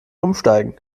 umsteigen